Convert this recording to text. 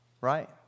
Right